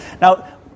Now